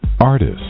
Artist